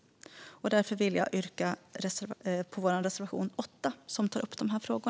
Därför yrkar jag bifall till vår reservation 8, som tar upp dessa frågor.